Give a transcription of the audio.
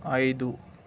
ఐదు